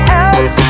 else